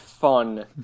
fun